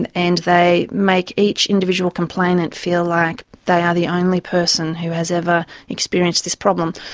and and they make each individual complainant feel like they are the only person who has ever experienced this problem,